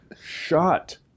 shot